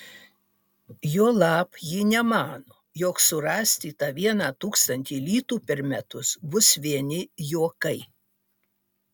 juolab ji nemano jog surasti tą vieną tūkstantį litų per metus bus vieni juokai